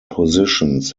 positions